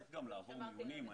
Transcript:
צריך גם לעבור מיונים.